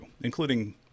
including